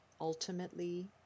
ultimately